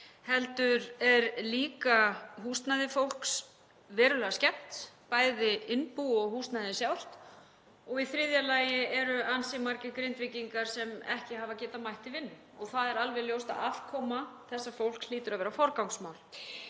heldur er húsnæði fólks líka verulega skemmt, bæði innbú og húsnæðið sjálft, og í þriðja lagi eru ansi margir Grindvíkingar sem ekki hafa getað mætt til vinnu og það er alveg ljóst að afkoma þessa fólks hlýtur að vera forgangsmál.